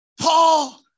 Paul